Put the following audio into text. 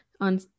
on